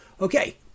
okay